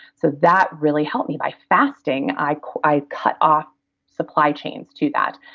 so that really helped me. by fasting, i cut i cut off supply chains to that.